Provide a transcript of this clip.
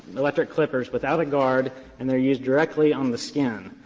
electric clippers without a guard, and they're used directly on the skin.